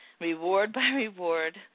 reward-by-reward